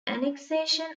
annexation